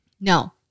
No